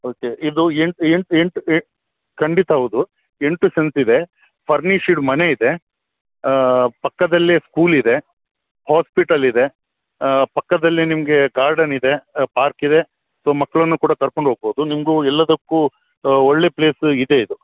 okay ಇದು ಎಂಟು ಎಂಟು ಎಂಟು ಎ ಖಂಡಿತ ಹೌದು ಎಂಟು ಸೆಣ್ಸ್ ಇದೆ ಫರ್ನಿಷಡ್ ಮನೆಯಿದೆ ಪಕ್ಕದಲ್ಲೇ ಸ್ಕೂಲಿದೆ ಹಾಸ್ಪಿಟಲಿದೆ ಪಕ್ಕದಲ್ಲೇ ನಿಮಗೆ ಗಾರ್ಡನ್ ಇದೆ ಪಾರ್ಕ್ ಇದೆ ಸೊ ಮಕ್ಳನ್ನು ಕೂಡ ಕರ್ಕೊಂಡೋಗ್ಬೌದು ನಿಮಗೂ ಎಲ್ಲದಕ್ಕೂ ಒಳ್ಳೆಯ ಪ್ಲೇಸ್ ಇದೆ ಇದು